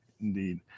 Indeed